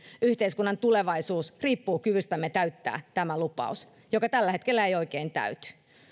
yhteiskunnan tulevaisuus riippuu kyvystämme täyttää tämä lupaus joka tällä hetkellä ei oikein täyty